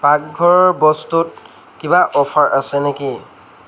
পাকঘৰৰ বস্তুত কিবা অফাৰ আছে নেকি